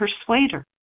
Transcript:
persuader